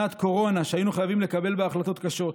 שנת קורונה, והיינו חייבים לקבל בה החלטות קשות.